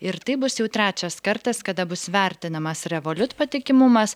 ir tai bus jau trečias kartas kada bus vertinamas revolut patikimumas